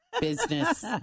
business